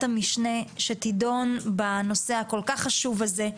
המשנה שתידון בנושא הכול-כך חשוב הזה.